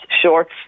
shorts